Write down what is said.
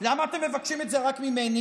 למה אתם מבקשים את זה רק ממני?